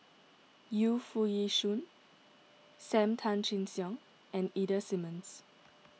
Yu Foo Yee Shoon Sam Tan Chin Siong and Ida Simmons